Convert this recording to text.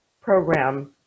program